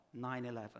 9-11